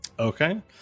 Okay